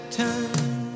time